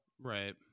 right